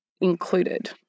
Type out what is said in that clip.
included